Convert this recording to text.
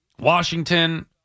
Washington